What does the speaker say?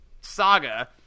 saga